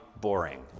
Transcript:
Boring